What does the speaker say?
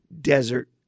desert